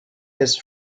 his